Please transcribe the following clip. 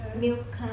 milk